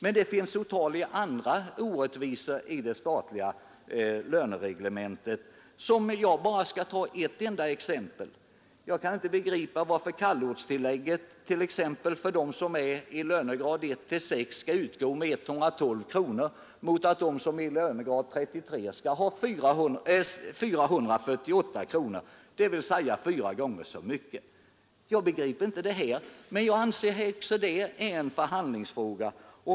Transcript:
Men det finns otaliga andra orättvisor i det statliga lönereglementet som jag bara skall anföra ett enda exempel på. Jag kan inte begripa varför kallortstillägget i lönegrad 1—6 skall utgå med 112 kronor, medan det i lönegrad 33 utgår med 478 kronor, dvs. fyra gånger så mycket. Men jag anser även det vara en förhandlingsfråga.